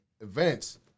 events